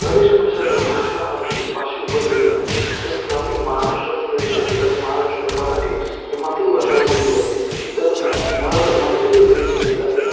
प्रदेशानुसार जर भाषा हा भाषा ही बदलत जाते जसजसं आपण महाराष्ट्राचा जर विचार केला तर महाराष्ट्रात मराठी ही मातृभाषा बोलली जाते तर म मरा मराठीचा जर विचार केला तर